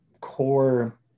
core